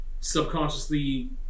subconsciously